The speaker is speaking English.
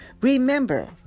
Remember